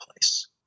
place